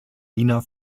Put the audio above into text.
wiener